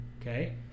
Okay